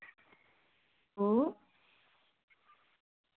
अं